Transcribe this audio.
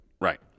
Right